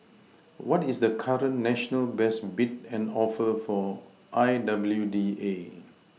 what is the current national best bid and offer for I W D A